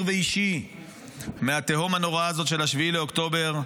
ואישי מהתהום הנוראה הזאת של 7 באוקטובר,